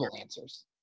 answers